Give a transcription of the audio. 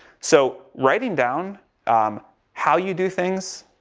so writing down um how you do things?